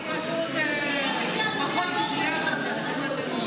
לא, אני פשוט פחות מבינה את